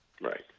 Right